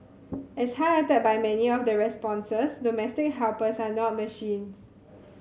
as highlighted by many of the responses domestic helpers are not machines